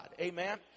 amen